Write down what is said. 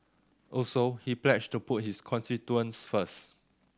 also he pledged to put his constituents first